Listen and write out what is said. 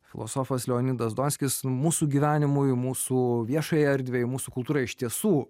filosofas leonidas donskis nu mūsų gyvenimui mūsų viešajai erdvei mūsų kultūrai iš tiesų